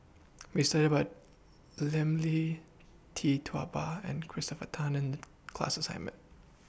We studied about Lim Lee Tee Tua Ba and Christopher Tan in class assignment